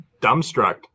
dumbstruck